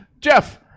Jeff